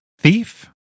thief